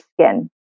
skin